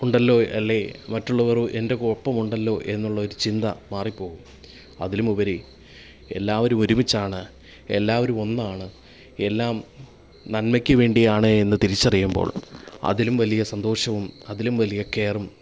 ഉണ്ടല്ലോ അല്ലേ മറ്റുള്ളവർ എൻ്റെയൊപ്പം ഉണ്ടല്ലോ എന്നുള്ളൊരു ചിന്ത മാറിപ്പോകും അതിലുമുപരി എല്ലാവരും ഒരുമിച്ചാണ് എല്ലാവരും ഒന്നാണ് എല്ലാം നന്മയ്ക്ക് വേണ്ടിയാണ് എന്നു തിരിച്ചറിയുമ്പോൾ അതിലും വലിയ സന്തോഷവും അതിലും വലിയ കെയറും